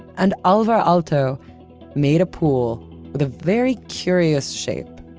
and alvar aalto made a pool with a very curious shape.